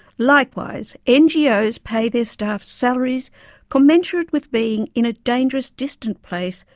likewise, ngos pay their staffs salaries commensurate with being in a dangerous, distant place,